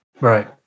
Right